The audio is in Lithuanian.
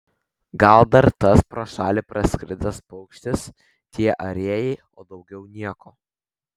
gal dar tas pro šalį praskridęs paukštis tie ajerai o daugiau nieko